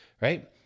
Right